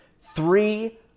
Three